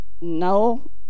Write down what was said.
no